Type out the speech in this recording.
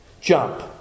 Jump